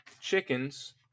chickens